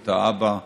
את האבא איילין,